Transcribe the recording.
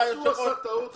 זה הכול.